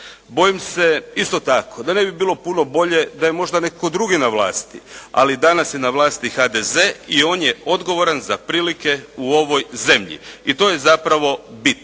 Bojim se isto tako da ne bi bilo puno bolje da je možda netko drugi na vlasti, ali danas je na vlasti HDZ i on je odgovoran za prilike u ovoj zemlji i to je zapravo bit,